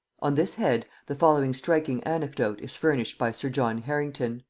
on this head the following striking anecdote is furnished by sir john harrington.